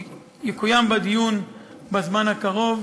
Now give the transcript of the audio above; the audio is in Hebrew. יקוים בה דיון בזמן הקרוב,